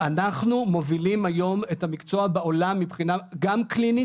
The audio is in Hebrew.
אנחנו מובילים היום את המקצוע בעולם גם קלינית,